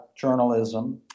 journalism